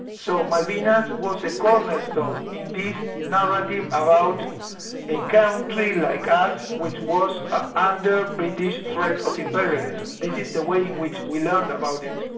so malvinas was a cornerstone in this narrative about a country like us, which was ah under british threat of imperialism. this is the way in which we learned about it.